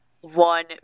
one